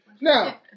Now